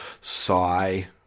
sigh